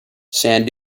sand